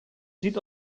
zieht